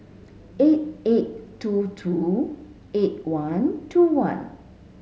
eight eight two two eight one two one